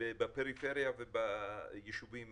בפריפריה ובישובים